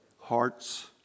hearts